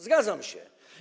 Zgadzam się.